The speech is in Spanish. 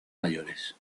mayores